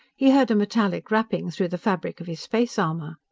he heard a metallic rapping through the fabric of his space armor.